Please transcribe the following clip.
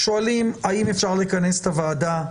שואלים האם אפשר לכנס את הוועדה.